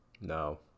No